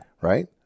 Right